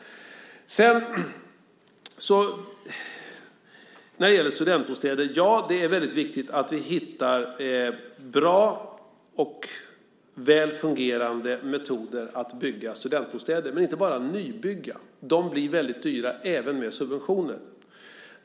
När det sedan gäller studentbostäder vill jag säga att det är viktigt att vi hittar bra och väl fungerande metoder för att bygga studentbostäder. Det handlar dock inte bara om att nybygga eftersom de blir väldigt dyra även med subventioner.